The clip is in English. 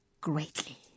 greatly